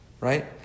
Right